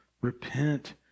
Repent